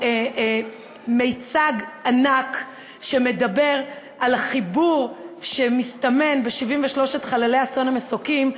מיצג ענק שמדבר על חיבור שמסתמן בין 73 חללי אסון המסוקים,